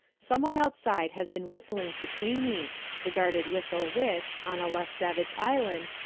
some one outside has been whistling to tweeny the guarded whistle which, on a less savage island,